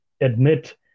admit